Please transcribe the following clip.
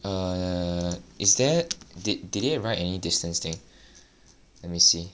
err is there did did they write any distance thing let me see